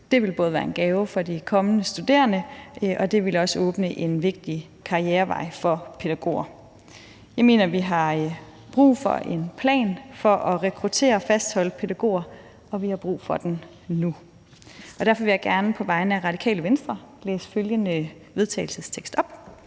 det ville både være en gave for de kommende studerende og åbne en vigtig karrierevej for pædagoger. Jeg mener, at vi har brug for en plan for at rekruttere og fastholde pædagoger, og at vi har brug for den nu. Derfor vil jeg gerne på vegne af Radikale Venstre læse følgende vedtagelsestekst op: